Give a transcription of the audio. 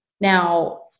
now